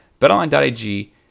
BetOnline.ag